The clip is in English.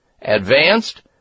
advanced